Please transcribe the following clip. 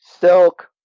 Silk